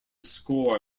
score